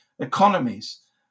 Economies